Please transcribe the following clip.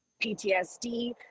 PTSD